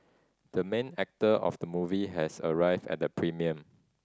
the main actor of the movie has arrived at the premiere